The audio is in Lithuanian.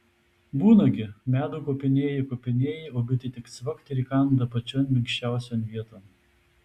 būna gi medų kopinėji kopinėji o bitė tik cvakt ir įkanda pačion minkščiausion vieton